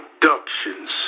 Productions